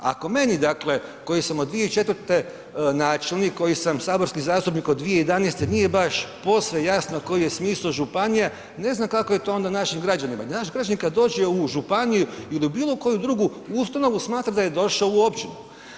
Ako meni dakle koji sam od 2004. načelnik, koji sam saborski zastupnik od 2011., nije baš posve jasno koji je smisao županija, ne znam kako je to onda našim građanima, naši građani kad dođe u županiju ili u bilokoju drugu ustanovu, smatra da je došao u općinu.